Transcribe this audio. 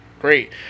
Great